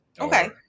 Okay